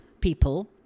people